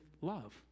love